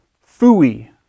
Fui